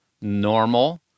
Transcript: normal